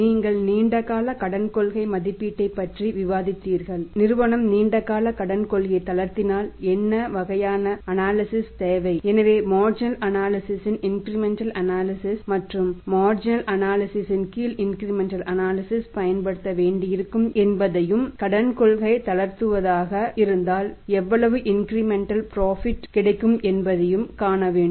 நீங்கள் நீண்ட கால கடன் கொள்கை மதிப்பீட்டைப் பற்றி விவாதித்தீர்கள் நிறுவனம் நீண்ட கால கடன் கொள்கை தளர்த்தினால் பின்னர் எந்த வகையான அனாலிசிஸ் கிடைக்கிறது என்பதைக் காண வேண்டும்